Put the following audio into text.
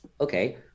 Okay